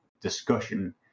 discussion